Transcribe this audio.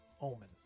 omen